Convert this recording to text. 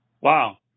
Wow